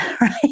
right